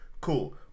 Cool